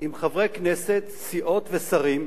עם חברי כנסת, סיעות ושרים,